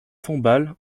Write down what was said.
tombales